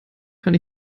kann